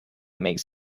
makes